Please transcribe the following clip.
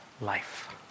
life